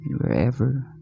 wherever